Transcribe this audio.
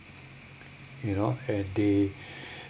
you know and they